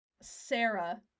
Sarah